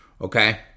okay